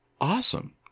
awesome